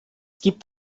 gibt